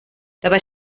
dabei